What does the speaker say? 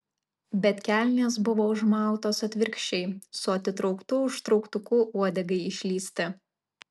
bet kelnės buvo užmautos atvirkščiai su atitrauktu užtrauktuku uodegai išlįsti